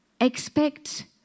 expect